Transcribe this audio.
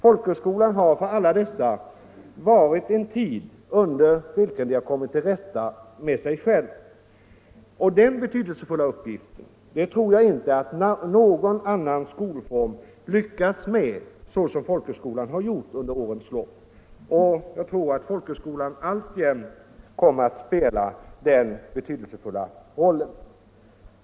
Folkhögskolevistelsen har för alla dessa varit en tid under vilken de kommit till rätta med sig själva. Den betydelsefulla uppgiften tror jag inte att någon annan skolform lyckats med så som folkhögskolan gjort under årens lopp. Jag tror att folkhögskolan alltjämt kommer att spela den betydelsefulla roll den här gör.